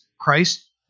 Christ